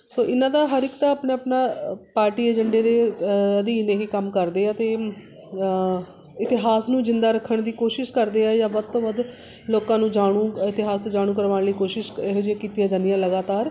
ਸੋ ਇਹਨਾਂ ਦਾ ਹਰ ਇੱਕ ਦਾ ਆਪਣਾ ਆਪਣਾ ਪਾਰਟੀ ਏਜੰਡੇ ਦੇ ਅਧੀਨ ਇਹ ਕੰਮ ਕਰਦੇ ਆ ਅਤੇ ਇਤਿਹਾਸ ਨੂੰ ਜਿੰਦਾ ਰੱਖਣ ਦੀ ਕੋਸ਼ਿਸ਼ ਕਰਦੇ ਆ ਜਾਂ ਵੱਧ ਤੋਂ ਵੱਧ ਲੋਕਾਂ ਨੂੰ ਜਾਣੂ ਇਤਿਹਾਸ ਤੋਂ ਜਾਣੂ ਕਰਵਾਉਣ ਲਈ ਕੋਸ਼ਿਸ਼ ਇਹੋ ਜਿਹੇ ਕੀਤੀਆਂ ਜਾਂਦੀਆਂ ਲਗਾਤਾਰ